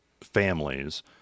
families